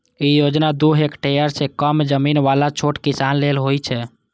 ई योजना दू हेक्टेअर सं कम जमीन बला छोट किसान लेल छै